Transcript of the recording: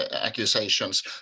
accusations